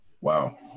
Wow